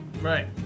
right